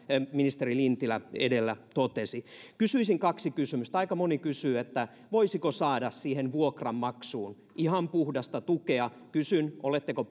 ministeri lintilä edellä totesi kysyisin kaksi kysymystä aika moni kysyy voisiko saada siihen vuokranmaksuun ihan puhdasta tukea kysyn oletteko